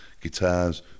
guitars